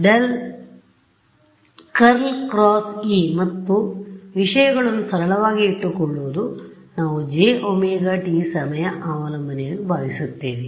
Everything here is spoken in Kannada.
ಆದ್ದರಿಂದ∇ × E ಮತ್ತು ವಿಷಯಗಳನ್ನು ಸರಳವಾಗಿ ಇಟ್ಟುಕೊಳ್ಳೋಣ ನಾವು jωt ಸಮಯ ಅವಲಂಬನೆಯನ್ನು ಭಾವಿಸುತ್ತೇವೆ